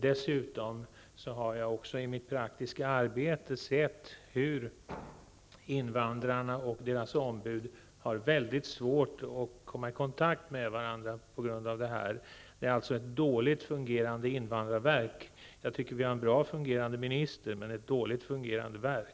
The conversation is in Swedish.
Dessutom har jag i mitt praktiska arbete sett hur invandrarna och deras ombud har svårt att komma i kontakt med varandra på grund av avstånden. Det är ett dåligt fungerande invandrarverk. Jag tycker att vi har en bra fungerande minister men ett dåligt fungerande verk.